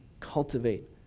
Cultivate